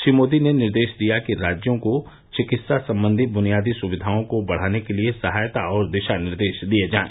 श्री मोदी ने निर्देश दिया कि राज्यों को चिकित्सा संबंधी ब्नियादी स्विधाओं को बढाने के लिए सहायता और दिशा निर्देश दिए जाएं